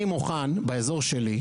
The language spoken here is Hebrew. אני מוכן באזור שלי,